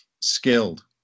skilled